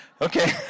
Okay